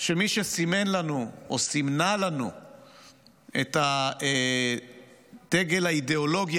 שמי שסימן לנו או סימנה לנו את הדגל האידיאולוגי